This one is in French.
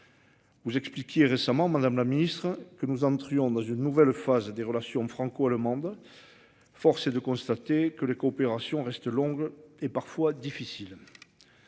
Vous expliquez récemment Madame la Ministre que nous entrions dans une nouvelle phase des relations franco-allemandes. Force est de constater que les coopérations reste longue et parfois difficile.